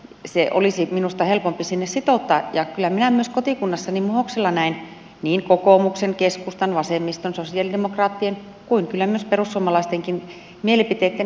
se olisi minusta helpompi sinne sitouttaa ja kyllä minä myös kotikunnassani muhoksella näin niin kokoomuksen keskustan vasemmiston sosialidemokraattien kuin kyllä myös perussuomalaistenkin mielipiteitten hajoavan tässä kuntaliitosasiassa